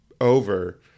over